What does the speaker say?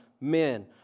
men